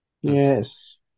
Yes